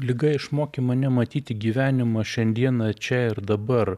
liga išmokė mane matyti gyvenimą šiandieną čia ir dabar